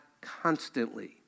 constantly